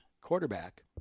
quarterback